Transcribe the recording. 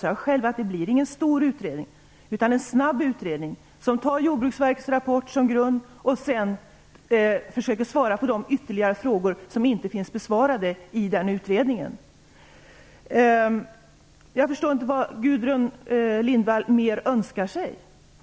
Jag sade själv att det inte skulle bli någon stor utredning utan en snabb utredning som har Jordbruksverkets rapport som grund och sedan försöker svara på ytterligare frågor som inte är besvarade i Jordbruksverkets utredning. Jag förstår inte vad Gudrun Lindvall mer önskar sig.